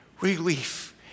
relief